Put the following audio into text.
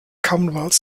commonwealth